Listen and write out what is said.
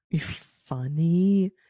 funny